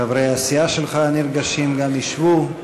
חברי הסיעה שלך הנרגשים גם ישבו,